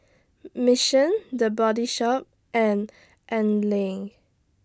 Mission The Body Shop and Anlene